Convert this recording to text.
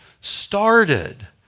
started